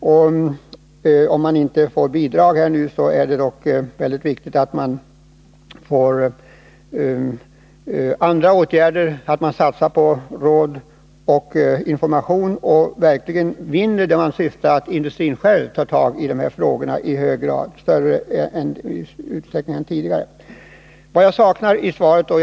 Om det nu inte utgår bidrag är det mycket viktigt att man vidtar andra åtgärder, att man satsar på råd och information och verkligen uppnår det man syftar till, nämligen att industrin själv tar tag i dessa frågor i större utsträckning än tidigare. Regeringen har ett stort ansvar för energipolitiken, och det är bra vad som sägs i svaret att ytterligare förslag bereds på detta område.